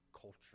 culture